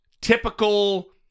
typical